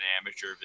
amateur